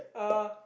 uh